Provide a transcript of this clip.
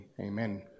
amen